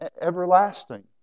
everlasting